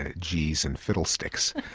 ah geez and fiddlesticks.